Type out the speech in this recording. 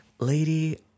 Lady